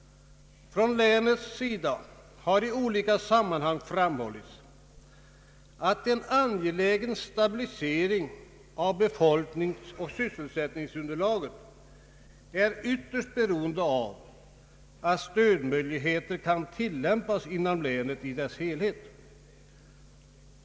Från länets sida har i olika sammanhang framhållits att en angelägen stabilisering av befolkningsoch sysselsättningsunderlaget är ytterst beroende av att stödmöjligheter kan tilllämpas inom länet i dess helhet.